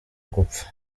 gupfa